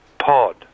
Pod